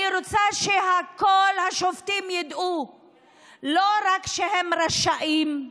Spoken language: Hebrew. אני רוצה שכל השופטים ידעו לא רק שהם רשאים,